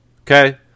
okay